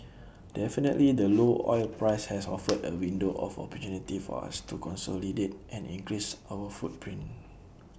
definitely the low oil price has offered A window of opportunity for us to consolidate and increase our footprint